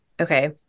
Okay